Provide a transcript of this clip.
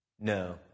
No